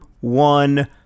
one